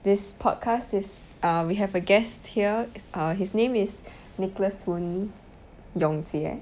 this podcast is err we have a guest here err his name is nicholas woon yong jie